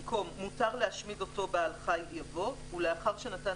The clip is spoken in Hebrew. במקום "מותר להשמיד אותו בעל-חי" יבוא "ולאחר שנתן